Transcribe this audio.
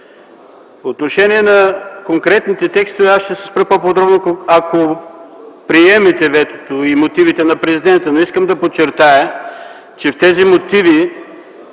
По отношение на конкретните текстове ще се спра по-подробно, ако приемете ветото и мотивите на президента. Искам да подчертая, че в тези мотиви